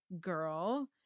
girl